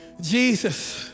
Jesus